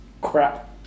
crap